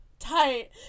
Tight